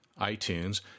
iTunes